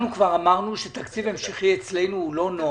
אנחנו כבר אמרנו שתקציב המשכי אצלנו הוא לא נוח.